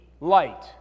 light